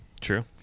True